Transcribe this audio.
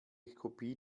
kopie